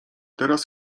teraz